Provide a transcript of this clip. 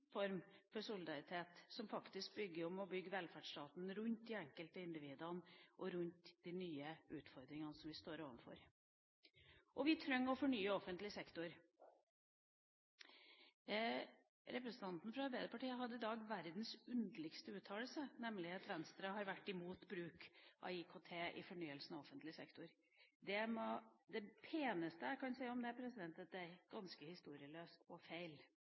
form for solidaritet som faktisk handler om å bygge velferdsstaten rundt de enkelte individene, og rundt de nye utfordringene som vi står overfor. Vi trenger å fornye offentlig sektor. Representanten fra Arbeiderpartiet hadde i dag verdens underligste uttalelse, nemlig at Venstre har vær imot bruk av IKT i fornyelsen av offentlig sektor. Det peneste jeg kan si om det, er at det er ganske historieløst og feil.